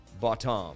bottom